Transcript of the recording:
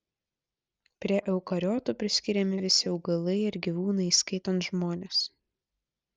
prie eukariotų priskiriami visi augalai ir gyvūnai įskaitant žmones